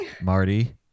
Marty